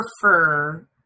prefer